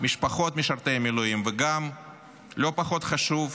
משפחות משרתי המילואים, וגם לא פחות חשוב,